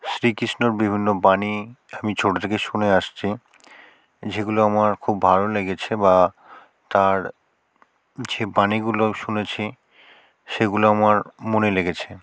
শ্রীকৃষ্ণর বিভিন্ন বাণী আমি ছোটো থেকে শুনে আসছি যেগুলো আমার খুব ভালো লেগেছে বা তার সেই বাণীগুলো শুনেছি সেগুলো আমার মনে লেগেছে